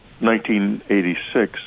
1986